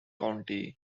county